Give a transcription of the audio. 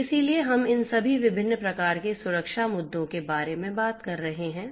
इसलिए हम इन सभी विभिन्न प्रकार के सुरक्षा मुद्दों के बारे में बात कर रहे हैं